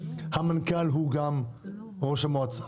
כמו כשהמנכ"ל הוא גם ראש המועצה.